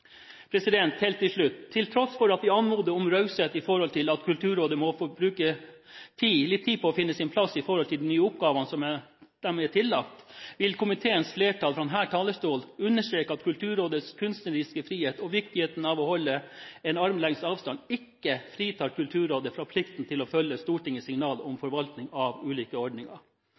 Helt til slutt: Til tross for at vi anmoder om raushet slik at Kulturrådet får bruke litt tid på å finne sin plass i forhold til de nye oppgavene som det er tillagt, vil komiteens flertall fra denne talerstol understreke at Kulturrådets kunstneriske frihet og viktigheten av å holde armlengdes avstand ikke fritar Kulturrådet for plikten til å følge Stortingets signaler om forvaltning av ulike ordninger.